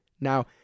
Now